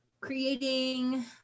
creating